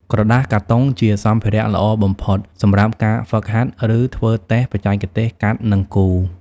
ក្រដាសកាតុងជាសម្ភារៈល្អបំផុតសម្រាប់ការហ្វឹកហាត់ ឬធ្វើតេស្តបច្ចេកទេសកាត់ និងគូរ។